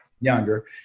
younger